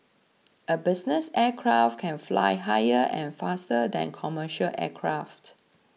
a business aircraft can fly higher and faster than commercial aircraft